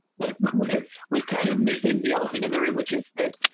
but we're we're kind of missing the elephant in the room, which is that,